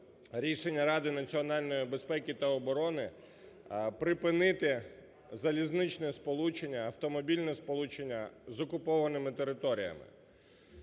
рішення Ради національної безпеки та оборони припинити залізничне сполучення, автомобільне сполучення з окупованими територіями.